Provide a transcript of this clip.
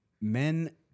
men